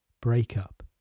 breakup